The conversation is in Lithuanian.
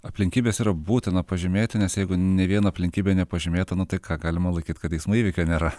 aplinkybes yra būtina pažymėti nes jeigu nei viena aplinkybė nepažymėta nu tai ką galima laikyt kad eismo įvykio nėra